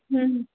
हं हं